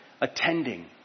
attending